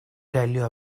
delio